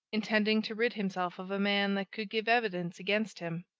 intending to rid himself of a man that could give evidence against him.